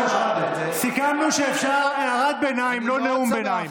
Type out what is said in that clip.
סיכמנו שאפשר הערת ביניים, לא נאום ביניים.